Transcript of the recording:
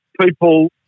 people